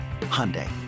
Hyundai